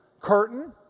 curtain